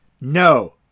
no